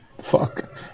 fuck